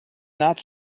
not